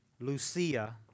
Lucia